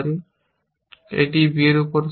একটি b এর উপরও সত্য